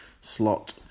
slot